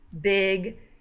big